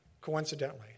coincidentally